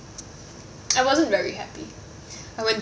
I wasn't very happy I would